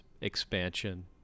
expansion